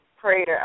prayer